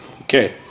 Okay